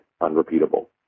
unrepeatable